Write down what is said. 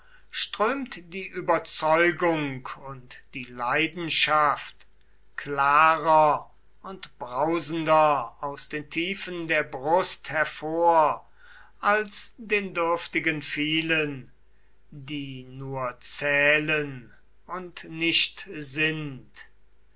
strömt die überzeugung und die leidenschaft klarer und brausender aus den tiefen der brust hervor als den dürftigen vielen die nur zählen und nicht sind